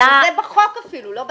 זה בחוק אפילו, לא בתקנות.